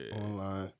online